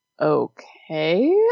Okay